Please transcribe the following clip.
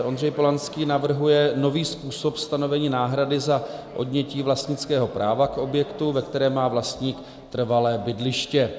Ondřej Polanský navrhuje nový způsob stanovení náhrady za odnětí vlastnického práva k objektu, ve kterém má vlastník trvalé bydliště.